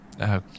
okay